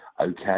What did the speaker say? okay